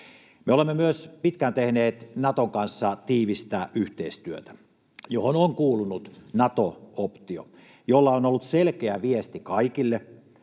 Me olemme myös pitkään tehneet Naton kanssa tiivistä yhteistyötä, johon on kuulunut Nato-optio, jolla on ollut selkeä viesti kaikille